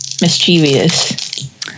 mischievous